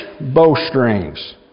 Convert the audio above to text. bowstrings